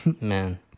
man